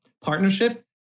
partnership